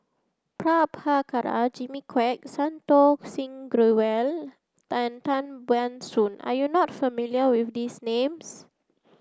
Prabhakara Jimmy Quek Santokh Singh Grewal and Tan Ban Soon are you not familiar with these names